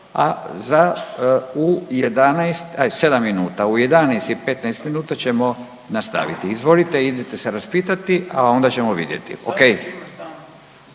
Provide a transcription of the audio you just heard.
a za u 11,00 ajd sedam minuta u 11,15 minuta ćemo nastaviti. Izvolite idite se raspitati, a onda ćemo vidjeti